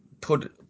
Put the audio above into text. put